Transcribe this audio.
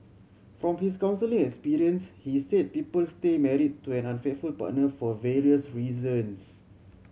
from his counselling experience he said people stay married to an unfaithful partner for various reasons